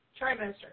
trimester